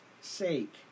sake